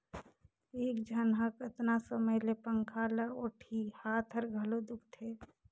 एक झन ह कतना समय ले पंखा ल ओटही, हात हर घलो दुखते